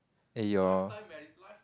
eh your